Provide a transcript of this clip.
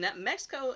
Mexico